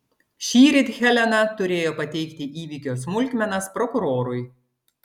šįryt helena turėjo pateikti įvykio smulkmenas prokurorui